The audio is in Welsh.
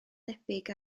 debyg